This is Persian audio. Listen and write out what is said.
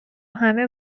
همه